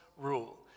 rule